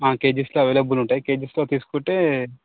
కేజీస్లో available ఉంటాయి కేజీస్లో తీసుకుంటే